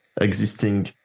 existing